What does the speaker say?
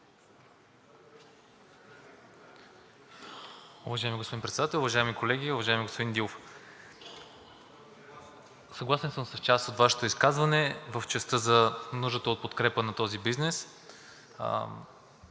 Уважаеми господин Председател, уважаеми колеги! Уважаеми господин Дилов, съгласен съм с част от Вашето изказване в частта за нуждата от подкрепа на този бизнес.